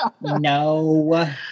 No